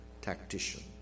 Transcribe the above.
tactician